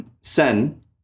Sen